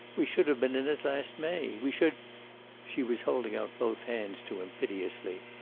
we should have been in it last may. we should she was holding out both hands to him, piteously.